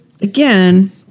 again